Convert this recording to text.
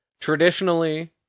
traditionally